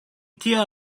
tie